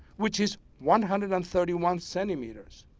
which is one hundred and thirty one centimeters,